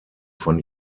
von